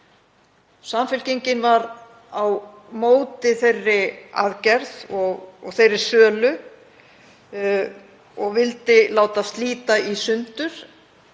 Samfylkingin var á móti þeirri aðgerð og þeirri sölu og vildi láta slíta í sundur